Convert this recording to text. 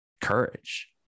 courage